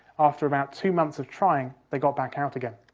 after about two months of trying, they got back out again.